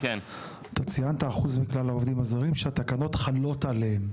אתה ציינת אחוז מכלל העובדים הזרים שהתקנות חלות עליהם.